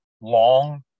long